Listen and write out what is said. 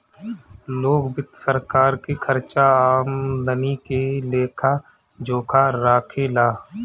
लोक वित्त सरकार के खर्चा आमदनी के लेखा जोखा राखे ला